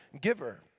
giver